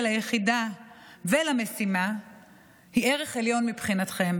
ליחידה ולמשימה היא ערך עליון מבחינתכם,